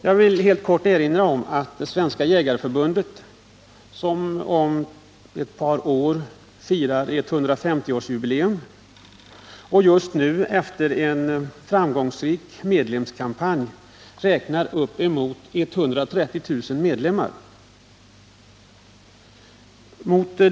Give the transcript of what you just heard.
Jag vill helt kort erinra om att Svenska jägareförbundet om ett par år firar 150-årsjubileum och just nu efter en framgångsrik medlemskampanj räknar uppemot 130 000 medlemmar.